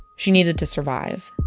she needed to survive